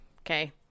Okay